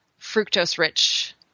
fructose-rich